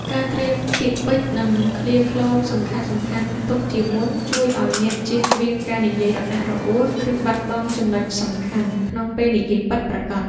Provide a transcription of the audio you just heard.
ការត្រៀមពាក្យពេចន៍ និងឃ្លាឃ្លោងសំខាន់ៗទុកជាមុន ជួយឱ្យអ្នកជៀសវាងការនិយាយរអាក់រអួល ឬបាត់បង់ចំណុចសំខាន់ក្នុងពេលនិយាយពិតប្រាកដ។